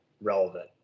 relevant